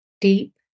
deep